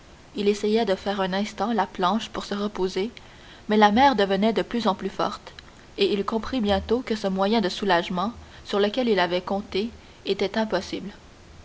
il essaya de faire un instant la planche pour se reposer mais la mer devenait de plus en plus forte et il comprit bientôt que ce moyen de soulagement sur lequel il avait compté était impossible